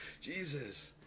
Jesus